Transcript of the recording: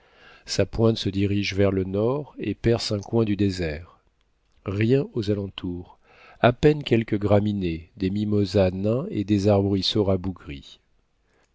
sa pointe se dirige vers le nord et perce un coin du désert rien aux alentours à peine quelques graminées des mimosas nains et des arbrisseaux rabougris